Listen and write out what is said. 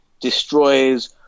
destroys